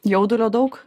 jaudulio daug